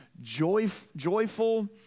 joyful